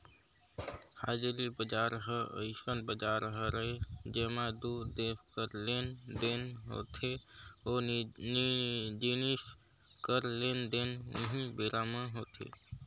हाजिरी बजार ह अइसन बजार हरय जेंमा दू देस कर लेन देन होथे ओ जिनिस कर लेन देन उहीं बेरा म होथे